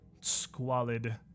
squalid